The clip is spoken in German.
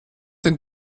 den